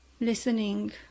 listening